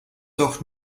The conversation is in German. doch